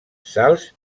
salts